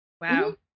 Wow